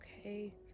Okay